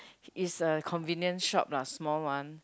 is a convenient shop lah small one